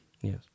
Yes